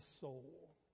soul